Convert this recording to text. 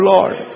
Lord